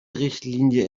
richtlinie